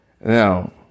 Now